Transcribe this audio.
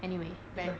anyway then